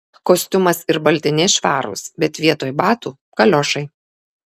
kostiumas ir baltiniai švarūs bet vietoj batų kaliošai